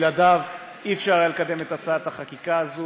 שבלעדיו לא היה אפשר לקדם את הצעת החקיקה הזאת.